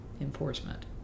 enforcement